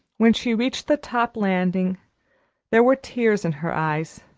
when she reached the top landing there were tears in her eyes,